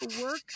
work